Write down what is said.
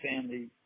family